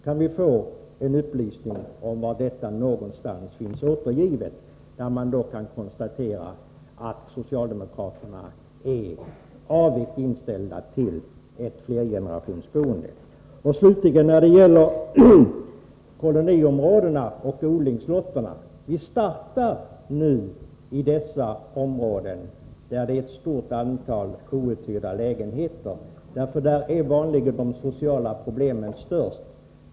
Kan vi få en upplysning om var någonstans detta finns återgivet, så att man kan konstatera att socialdemokraterna är avigt inställda till ett flergenerationsboende? Slutligen i fråga om koloniområdena och odlingslotterna: Vi startar nu i dessa områden där det finns ett stort antal outhyrda lägenheter, för där är vanligen de sociala problemen störst.